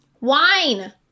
wine